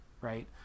Right